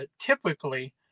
typically